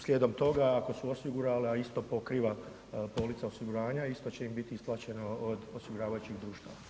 Slijedom toga ako su osigurale, a isto pokriva polica osiguranja, isto će im biti isplaćeno od osiguravajućeg društva.